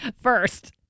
First